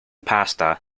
pasta